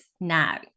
now